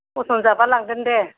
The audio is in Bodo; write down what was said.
फसन जाबा लांगोन दे